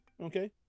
Okay